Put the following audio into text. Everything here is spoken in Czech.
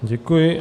Děkuji.